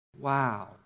wow